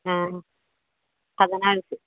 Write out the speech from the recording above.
খাজানাৰ receipt